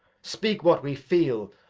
speak what we feel,